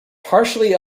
partially